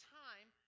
time